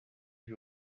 vit